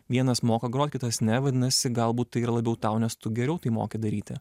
vienas moka grot kitas ne vadinasi galbūt tai yra labiau tau nes tu geriau tai moki daryti